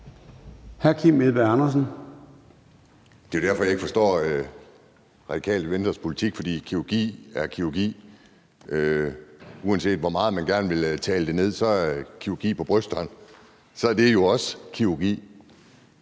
Det er jo derfor, jeg ikke forstår Radikale Venstres politik. For kirurgi er kirurgi; uanset hvor meget man gerne vil tale det ned, er kirurgi på brysterne jo også kirurgi,